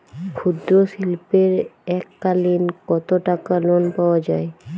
ক্ষুদ্রশিল্পের এককালিন কতটাকা লোন পাওয়া য়ায়?